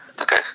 Okay